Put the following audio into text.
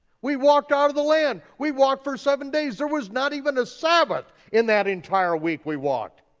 we walked out of the land, we walked for seven days, there was not even a sabbath in that entire week we walked.